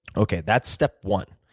okay, that's step one,